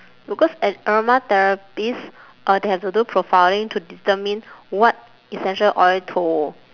because an aromatherapist uh they have to do profiling to determine what essential oil to